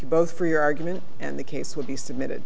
you both for your argument and the case will be submitted